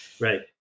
right